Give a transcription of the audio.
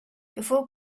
before